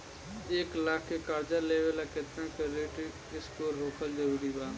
एक लाख के कर्जा लेवेला केतना क्रेडिट स्कोर होखल् जरूरी बा?